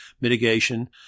mitigation